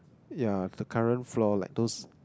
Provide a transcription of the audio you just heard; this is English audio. yeah the current floor like those